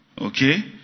Okay